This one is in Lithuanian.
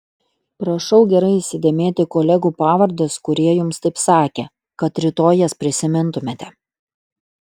prašau gerai įsidėmėti kolegų pavardes kurie jums taip sakė kad rytoj jas prisimintumėte